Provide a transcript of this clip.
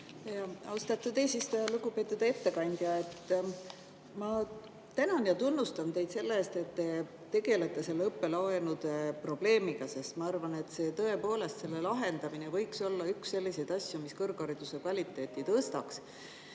Austatud eesistuja! Lugupeetud ettekandja! Ma tänan ja tunnustan teid selle eest, et te tegelete õppelaenude probleemiga. Ma arvan, et tõepoolest selle lahendamine võiks olla üks selliseid asju, mis kõrghariduse kvaliteeti tõstaks.